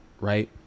right